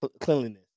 cleanliness